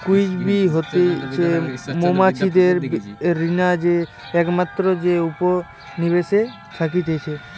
queen bee হতিছে মৌমাছিদের রানী যে একমাত্র যে উপনিবেশে থাকতিছে